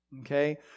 Okay